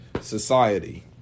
society